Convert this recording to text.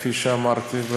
כפי שאמרתי.